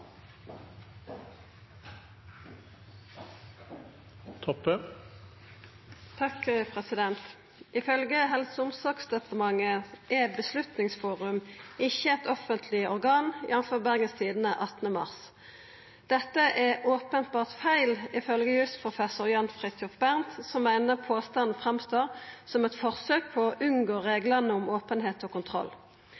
Beslutningsforum ikke et offentlig organ, jf. Bergens Tidende 18. mars. Dette er «åpenbart feil», ifølge jussprofessor Jan Fridthjof Bernt, som mener påstanden fremstår som et forsøk på å unngå